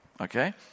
Okay